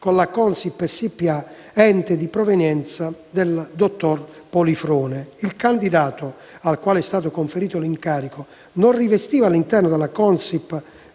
con la Consip SpA, ente di provenienza del dottor Polifrone. Il candidato, al quale è stato conferito l'incarico, non rivestiva all'interno della Consip SpA